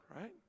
right